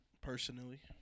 personally